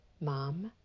mom